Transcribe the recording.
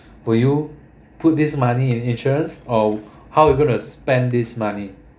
will you put this money in insurance or how you gonna spend this money